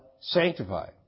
sanctified